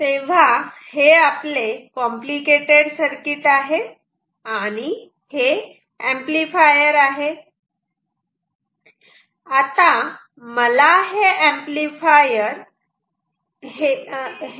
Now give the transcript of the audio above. तेव्हा हे आपले कॉम्प्लिकेटेड सर्किट आहे आणि हे एंपलीफायर आहे